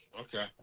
Okay